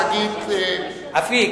שגית אפיק.